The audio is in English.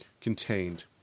contained